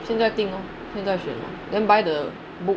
现在订 lor 现在选 lor then buy the book